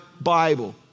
Bible